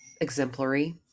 exemplary